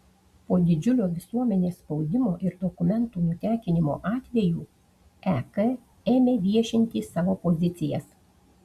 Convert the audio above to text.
po didžiulio visuomenės spaudimo ir dokumentų nutekinimo atvejų ek ėmė viešinti savo pozicijas